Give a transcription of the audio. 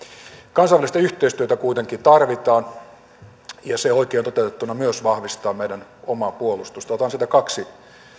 kansainvälistä yhteistyötä kuitenkin tarvitaan ja myös se oikein toteutettuna vahvistaa meidän omaa puolustustamme otan siitä kaksi